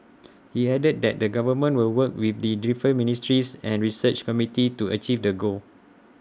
he added that the government will work with the different ministries and research community to achieve the goal